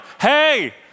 hey